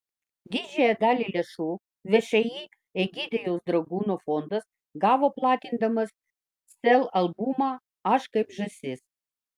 didžiąją dalį lėšų všį egidijaus dragūno fondas gavo platindamas sel albumą aš kaip žąsis